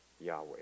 Yahweh